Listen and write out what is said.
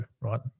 right